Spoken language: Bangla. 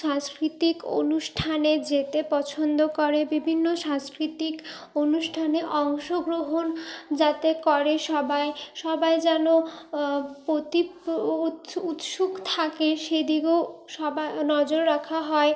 সাংস্কৃতিক অনুষ্ঠানে যেতে পছন্দ করে বিভিন্ন সাংস্কৃতিক অনুষ্ঠানে অংশগ্রহণ যাতে করে সবাই সবাই যেন পতি উৎসুক থাকে সেদিকেও সবা নজর রাখা হয়